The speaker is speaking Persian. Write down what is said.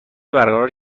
برقرار